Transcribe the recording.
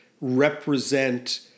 represent